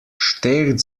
steht